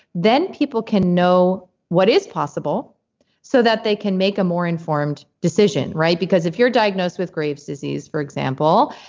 then people can know what is possible so that they can make a more informed decision. because if you're diagnosed with graves' disease, for example,